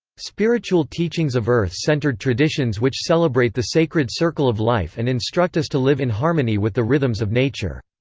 spiritual teachings of earth-centered traditions which celebrate the sacred circle of life and instruct us to live in harmony with the rhythms of nature.